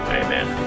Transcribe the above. amen